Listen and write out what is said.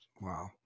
wow